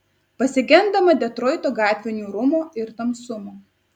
pasigendama detroito gatvių niūrumo ir tamsumo